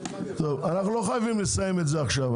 אנחנו לא חייבים לסיים את זה עכשיו,